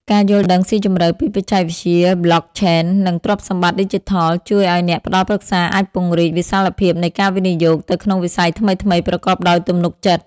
ការយល់ដឹងស៊ីជម្រៅពីបច្ចេកវិទ្យា Blockchain និងទ្រព្យសម្បត្តិឌីជីថល ជួយឱ្យអ្នកផ្ដល់ប្រឹក្សាអាចពង្រីកវិសាលភាពនៃការវិនិយោគទៅក្នុងវិស័យថ្មីៗប្រកបដោយទំនុកចិត្ត។